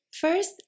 First